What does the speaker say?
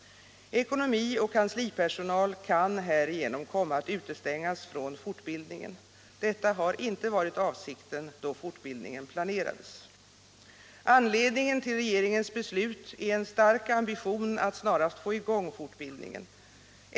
Ekonomi och kanslipersonal kan härigenom komma att utestängas från fortbildningen. Detta har inte varit avsikten då fortbildningen planerades. Anledningen till regeringens beslut är en stark ambition att snarast få i gång fortbildningen.